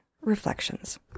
Reflections